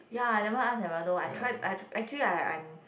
ya I never ask I won't know I tried actually I I'm